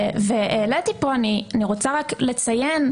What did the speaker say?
אני רוצה לציין,